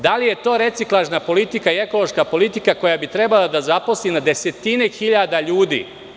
Da li je to reciklažna politika i ekološka politika koja bi trebala da zaposli desetine hiljada ljudi?